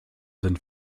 sind